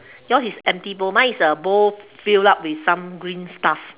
yours is empty bowl mine is a bowl fill up with some green stuff